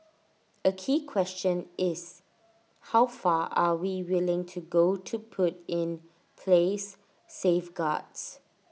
A key question is how far are we willing to go to put in place safeguards